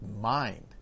mind